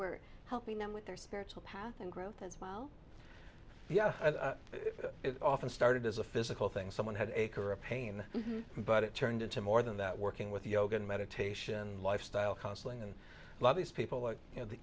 were helping them with their spiritual path and growth as well yeah it often started as a physical thing someone had a correct pain but it turned into more than that working with yoga and meditation lifestyle counseling and love these people like you know the